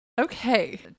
Okay